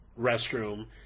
restroom